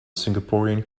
singaporean